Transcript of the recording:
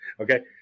Okay